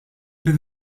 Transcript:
bir